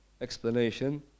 explanation